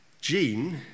Jean